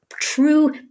true